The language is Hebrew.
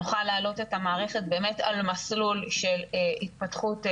נוכל להעלות את המערכת באמת על מסלול של התפתחות קדימה,